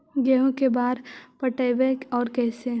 गेहूं के बार पटैबए और कैसे?